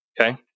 okay